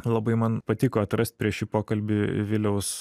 labai man patiko atrast prieš šį pokalbį viliaus